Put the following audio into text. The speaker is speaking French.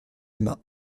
aima